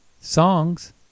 songs